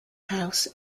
house